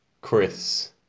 Chris